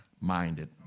minded